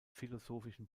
philosophischen